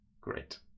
Great